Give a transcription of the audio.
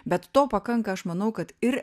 bet to pakanka aš manau kad ir